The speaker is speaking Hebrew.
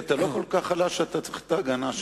אתה לא כל כך חלש שאתה צריך את ההגנה שלי.